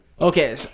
Okay